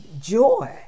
joy